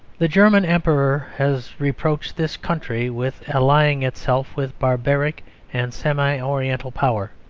the german emperor has reproached this country with allying itself with barbaric and semi-oriental power.